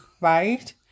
right